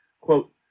Quote